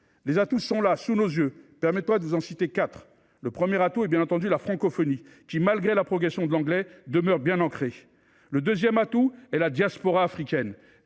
Les atouts sont là, sous nos yeux. Permettez moi de vous en citer quatre. Le premier atout est, bien entendu, la francophonie qui, malgré la progression de l’anglais, demeure bien ancrée. Le deuxième est la diaspora africaine,